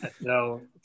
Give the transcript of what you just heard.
No